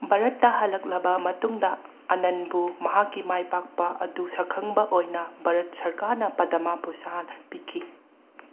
ꯚꯥꯔꯠꯇ ꯍꯜꯂꯛꯂꯕ ꯃꯇꯨꯡꯗ ꯑꯅꯟꯕꯨ ꯃꯍꯥꯛꯀꯤ ꯃꯥꯏ ꯄꯥꯛꯄ ꯑꯗꯨ ꯁꯛꯈꯪꯕ ꯑꯣꯏꯅ ꯚꯥꯔꯠ ꯁꯔꯀꯥꯔꯅ ꯄꯗꯃꯥ ꯚꯨꯁꯥꯟ ꯄꯤꯈꯤ